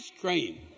cream